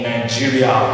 Nigeria